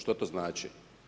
Što to znači?